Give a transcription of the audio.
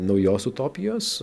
naujos utopijos